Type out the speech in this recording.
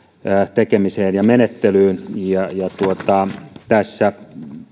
tekemiseen ja menettelyyn tässä